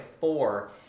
four